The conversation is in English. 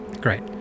Great